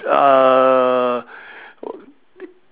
err